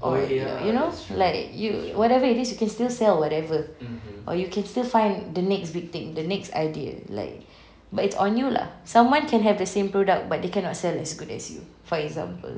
or your you know like you whatever it is you can still sell or whatever or you can still find the next big thing the next idea like but it's on you lah someone can have the same product but they cannot sell as good as you for example